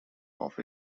off